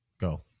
Go